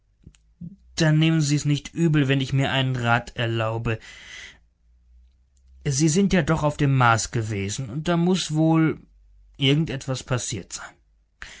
dann nehmen sie's nicht übel wenn ich mir einen rat erlaube sie sind ja doch auf dem mars gewesen und da muß wohl irgend etwas passiert sein